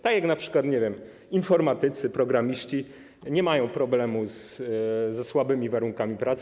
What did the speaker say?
Tak jak np., nie wiem, informatycy, programiści nie mają problemu ze słabymi warunkami pracy.